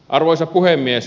arvoisa puhemies